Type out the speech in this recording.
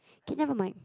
can you have the mic